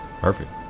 Perfect